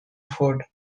ford